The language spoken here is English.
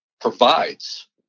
provides